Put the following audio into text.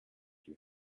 you